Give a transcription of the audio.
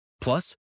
Plus